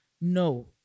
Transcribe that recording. No